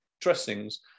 dressings